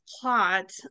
plot